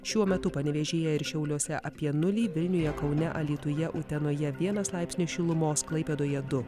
šiuo metu panevėžyje ir šiauliuose apie nulį vilniuje kaune alytuje utenoje vienas laipsnis šilumos klaipėdoje du